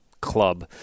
club